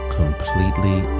completely